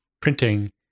printing